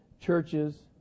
churches